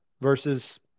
versus